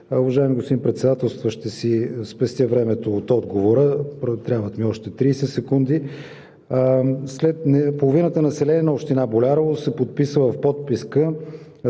Уважаеми господин Председателстващ, ще си спестя времето от отговора. Трябват ми още 30 секунди. Половината население на община Болярово се подписва в подписка